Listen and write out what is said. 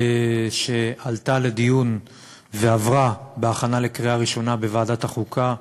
שעלתה לדיון ועברה הכנה לקריאה ראשונה בוועדת החוקה,